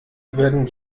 werden